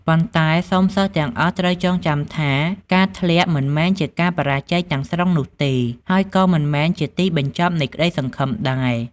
ប៉ុន្តែ សូមសិស្សទាំងអស់ត្រូវចងចាំថា ការធ្លាក់មិនមែនជាការបរាជ័យទាំងស្រុងនោះទេ ហើយក៏មិនមែនជាទីបញ្ចប់នៃក្តីសង្ឃឹមដែរ។